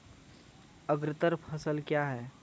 अग्रतर फसल क्या हैं?